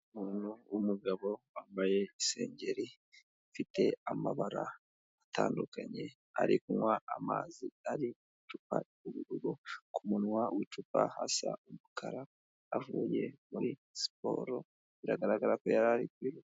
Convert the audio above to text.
Umuntu w'umugabo wambaye isengeri ifite amabara atandukanye ari kunywa amazi ari mu icupa ry'ubururu, kumunwa w'icupa hasa umukara avuye muri siporo biragaragara ko yari ari kwiruka.